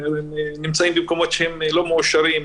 נמצאים במקומות שהם לא מאושרים.